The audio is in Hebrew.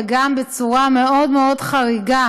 וגם בצורה מאוד מאוד חריגה